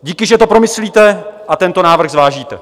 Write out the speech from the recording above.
Díky, že to promyslíte a tento návrh zvážíte.